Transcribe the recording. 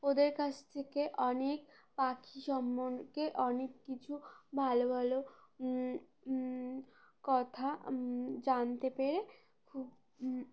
ওদের কাছ থেকে অনেক পাখি সম্পর্কে অনেক কিছু ভালো ভালো কথা জানতে পেরে খুব